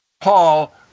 Paul